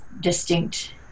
distinct